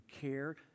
care